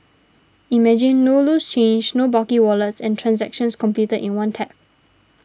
imagine no loose change no bulky wallets and transactions completed in one tap